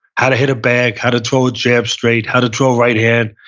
how to hit a bag, how to throw a jab straight, how to throw right hand,